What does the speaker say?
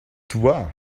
toi